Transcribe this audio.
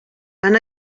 han